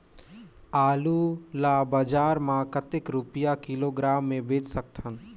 आलू ला बजार मां कतेक रुपिया किलोग्राम म बेच सकथन?